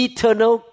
Eternal